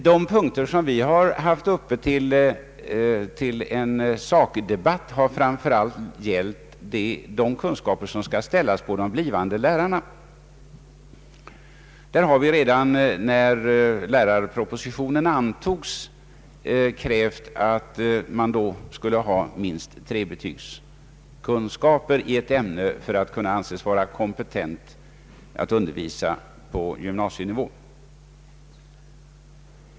De punkter vi har haft uppe till en sakdebatt har framför allt gällt de kunskapskrav som skall ställas på de blivande lärarna. Redan när lärarpropositionen antogs krävde vi, att man skulle ha minst trebetygskunskaper i ett ämne för att anses kompetent att undervisa på gymnasienivå.